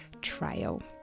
trial